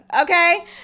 okay